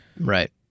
right